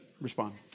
respond